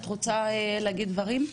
את רוצה להגיד דברים?